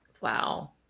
Wow